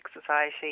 Society